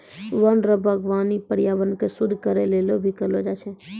वन रो वागबानी पर्यावरण के शुद्ध करै लेली भी करलो जाय छै